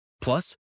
Plus